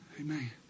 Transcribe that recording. Amen